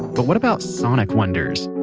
but what about sonic wonders?